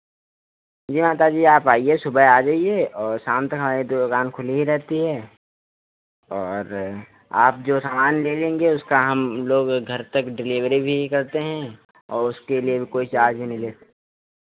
जी माताजी आप आइये सुबह आ जाइए और शाम तक हमारी दुकान खुली ही रहती है और आप जो सामान ले लेंगे उसका हम लोग घर तक डिलीवरी भी करते हैं और उसके लिए भी कोई चार्ज़ नहीं लेते हैं